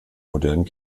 modernen